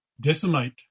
decimate